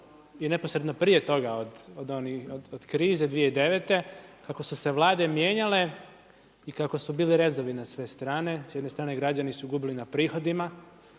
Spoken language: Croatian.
i neposredno prije toga, od krize 2009. kako su se Vlade mijenjale i kako su bili rezovi na sve strane, s jedne strane građani su gubili na prihodima,